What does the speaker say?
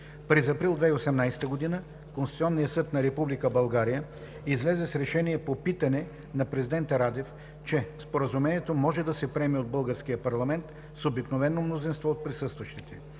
През април 2018 г. Конституционният съд на Република България излезе с решение по питане на президента Радев, че Споразумението може да се приеме от българския парламент с обикновено мнозинство от присъстващите.